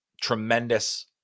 tremendous